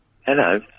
Hello